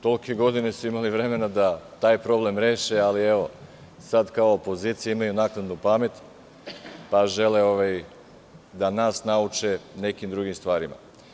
Tolike godine su imali vremena da taj problem reše, a sad kao opozicija imaju naknadnu pamet pa žele da nas nauče nekim drugim stvarima.